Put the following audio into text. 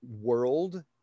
world